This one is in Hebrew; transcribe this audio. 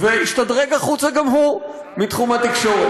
והשתדרג החוצה גם הוא מתחום התקשורת.